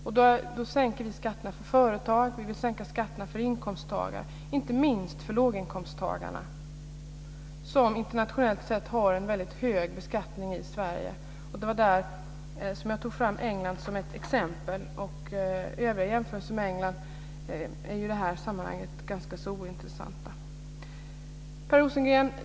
Vi vill då sänka skatterna för företag och för inkomsttagare, inte minst för låginkomsttagarna, som internationellt sett har en väldigt hög beskattning i Sverige. Det var där som jag tog fram England som ett exempel. Övriga jämförelser med England är i det här sammanhanget ganska ointressanta.